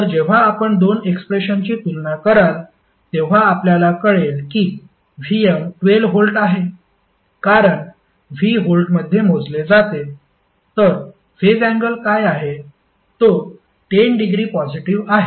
तर जेव्हा आपण दोन एक्सप्रेशनची तुलना कराल तेव्हा आपल्याला कळेल की Vm 12 व्होल्ट आहे कारण V व्होल्टमध्ये मोजले जाते तर फेज अँगल काय आहे तो 10 डिग्री पॉझिटिव्ह आहे